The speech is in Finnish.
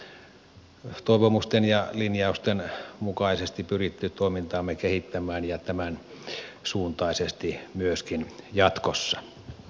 me olemme perustuslakivaliokunnan toivomusten ja linjausten mukaisesti pyrkineet toimintaamme kehittämään ja tämän suuntaisesti myöskin jatkossa